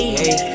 hey